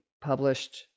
published